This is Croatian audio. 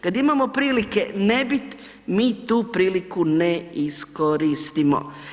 Kad imamo prilike nebit mi tu priliku ne iskoristimo.